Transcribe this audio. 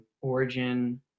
origin